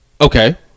Okay